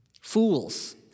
fools